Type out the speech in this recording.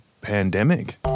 pandemic